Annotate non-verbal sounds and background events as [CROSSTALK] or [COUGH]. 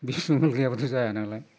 [UNINTELLIGIBLE] गैयाब्लाथ' जाया नालाय